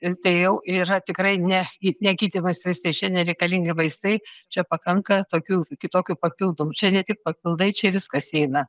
ir tai jau yra tikrai ne ne gydymas vaistais čia nereikalingi vaistai čia pakanka tokių kitokių papildomų čia ne tik papildai čia viskas įeina